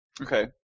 Okay